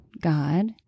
God